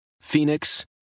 Phoenix